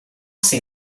say